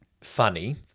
funny